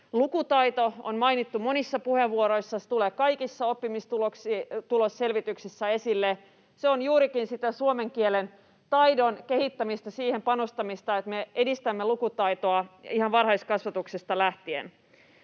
Lukutaito on mainittu monissa puheenvuoroissa. Se tulee kaikissa oppimistulosselvityksissä esille. Se on juurikin sitä suomen kielen taidon kehittämistä, siihen panostamista, että me edistämme lukutaitoa ihan varhaiskasvatuksesta lähtien.